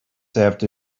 served